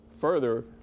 further